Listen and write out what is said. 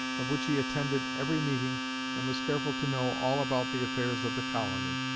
of which he attended every meeting and was careful to know all about the affairs of the colony.